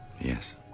Yes